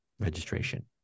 registration